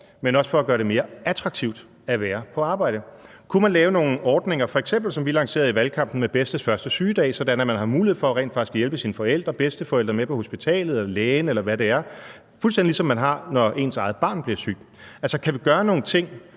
men også for at gøre det mere attraktivt at være i arbejde? Kunne man f.eks. lave nogle ordninger, som vi lancerede i valgkampen med »Bedstes første sygedag«, sådan at man rent faktisk har mulighed for at hjælpe sine forældre og sine bedsteforældre og tage med på hospitalet, til lægen, eller hvad det er, fuldstændig som man har, når ens barn bliver sygt. Altså, kan vi gøre nogle ting,